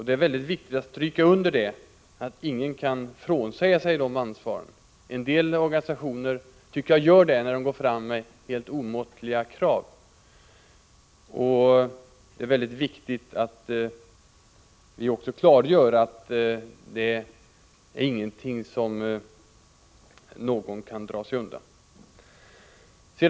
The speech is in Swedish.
Det är mycket viktigt att stryka under att ingen kan frånsäga sig detta ansvar. Jag tycker att en del organisationer försöker göra det när de går fram med helt omåttliga krav. Det är alltså mycket angeläget att vi klargör att ingen kan dra sig undan ansvaret.